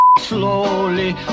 slowly